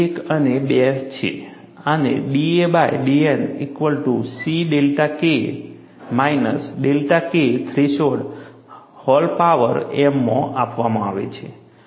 આને da by dN equal to C delta K minus delta K threshold whole power m માં આપવામાં આવે છે